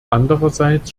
andererseits